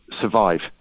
survive